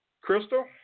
Crystal